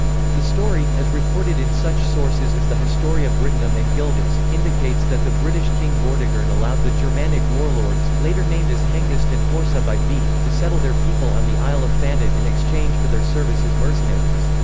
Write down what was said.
the story, as reported in such sources as the historia brittonum and gildas, indicates that the british king vortigern allowed the germanic warlords, later named as hengist and horsa by bede, to settle their people on the isle of thanet in exchange for their service as mercenaries.